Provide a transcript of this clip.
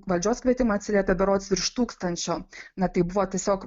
valdžios kvietimą atsiliepė berods virš tūkstančio na tai buvo tiesiog